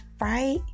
Right